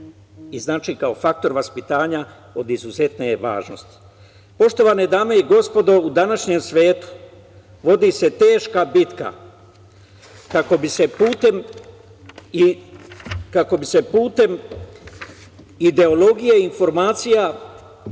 Znači, kao faktor vaspitanja od izuzetne je važnosti. Poštovane dame i gospodo, u današnjem svetu vodi se teška bitka kako bi se putem ideologije informacija